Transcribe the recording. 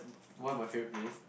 one of my favourite place